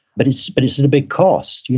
but it's but it's at a big cost. you know